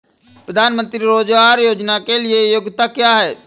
प्रधानमंत्री रोज़गार योजना के लिए योग्यता क्या है?